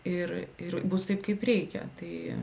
ir ir bus taip kaip reikia tai